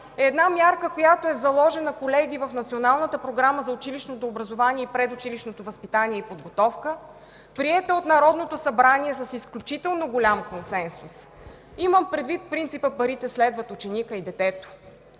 е една мярка, заложена в Националната програма за училищното образование и предучилищното възпитание и подготовка, приета от Народното събрание с изключително голям консенсус. Имам предвид принципа „парите следват ученика и детето”.